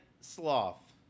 sloth